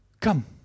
Come